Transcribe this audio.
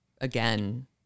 again